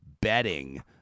betting